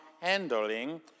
handling